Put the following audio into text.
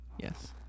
Yes